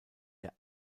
der